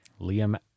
Liam